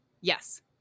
Yes